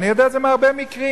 ואני יודע את זה מהרבה מקרים.